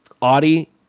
audi